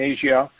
Asia